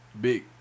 Big